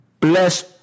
Bless